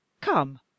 Come